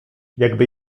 jakby